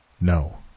No